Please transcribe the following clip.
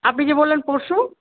আপনি যে বললেন পরশু